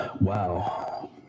wow